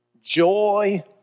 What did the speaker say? Joy